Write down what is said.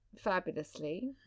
fabulously